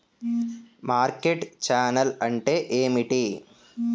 Market channel అంటే ఏమిటి?